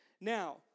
Now